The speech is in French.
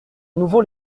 nouveau